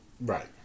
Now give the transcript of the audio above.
Right